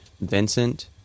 Vincent